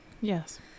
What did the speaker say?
Yes